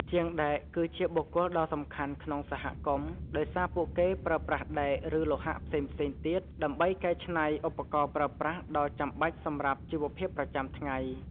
ជាងដែកគឺជាបុគ្គលដ៏សំខាន់ក្នុងសហគមន៍ ដោយសារពួកគេប្រើប្រាស់ដែក ឬលោហៈផ្សេងៗទៀតដើម្បីកែច្នៃជាឧបករណ៍ប្រើប្រាស់ដ៏ចាំបាច់សម្រាប់ជីវភាពប្រចាំថ្ងៃ។